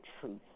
truth